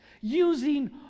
using